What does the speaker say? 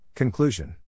Conclusion